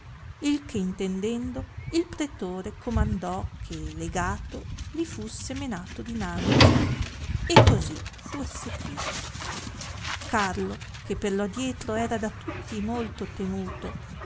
che intendendo il pretore comandò che legato li fusse menato dinanzi e così fu essequito carlo che per lo adietro era da tutti molto temuto